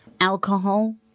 alcohol